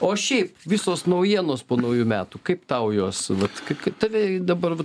o šiaip visos naujienos po naujų metų kaip tau jos vat kaip kaip tave dabar vat